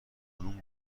نون